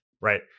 Right